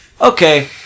okay